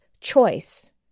choice